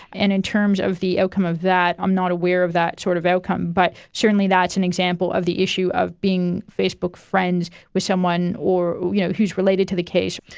and in terms of the outcome of that, i'm not aware of that sort of outcome, but certainly that's an example of the issue of being facebook friends with someone you know who is related to the case.